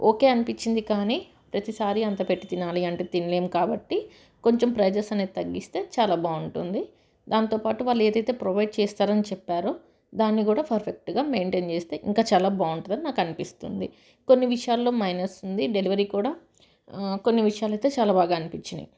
okay అనిపించింది కానీ ప్రతిసారి అంత పెట్టి తినాలి అంటే తినలేం కాబట్టి కొంచెం ప్రైజెస్ అనేది తగ్గిస్తే చాలా బాగుంటుంది దాంతోపాటు వాళ్ళు ఏదైతే ప్రొవైడ్ చేస్తారని చెప్పారో దాన్ని కూడా పర్ఫెక్ట్గా మెయింటైన్ చేస్తే ఇంకా చాలా బాగుంటుంది అని నాకు అనిపిస్తుంది కొన్ని విషయాలలో మైనస్ ఉంది డెలివరీ కూడా కొన్ని విషయాలు అయితే చాలా బాగా అనిపించినాయి